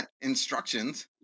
instructions